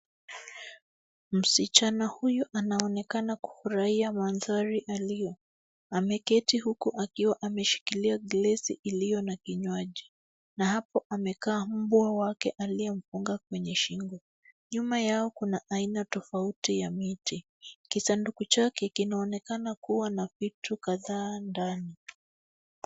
Msichana huyu anaonekana kufurahia mandhari alio. Ameketi huku akiwa ameshikilia glesi iliyo na kinywaji, na hapo amekaa mbwa wake aliyemponga kwenye shingo. Nyuma yao kuna aina tofauti ya miti. Kisanduku chake kinaonekana kuwa na vitu kadhaa ndani.